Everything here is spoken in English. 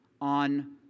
on